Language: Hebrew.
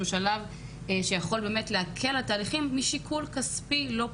שהוא שלב שיכול באמת להקל על התהליכים לא פעם משיקול כספי.